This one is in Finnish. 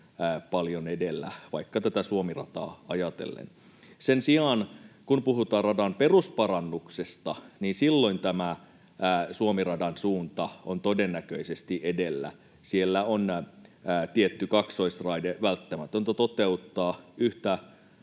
paljon edellä vaikka tätä Suomi-rataa ajatellen. Sen sijaan, kun puhutaan radan perusparannuksesta, silloin tämä Suomi-radan suunta on todennäköisesti edellä. Siellä on tietty kaksoisraide välttämätöntä toteuttaa. Yhtä